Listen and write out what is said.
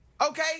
Okay